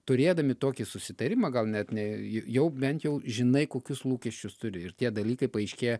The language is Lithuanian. turėdami tokį susitarimą gal net ne jau bent jau žinai kokius lūkesčius turi ir tie dalykai paaiškėja